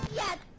yen